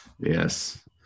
yes